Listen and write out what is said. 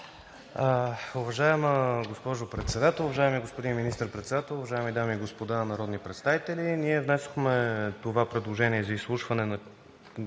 Уважаема госпожо Председател, уважаеми господин Министър-председател, уважаеми дами и господа народни представители! Ние внесохме това предложение за изслушване на